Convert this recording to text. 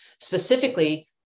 Specifically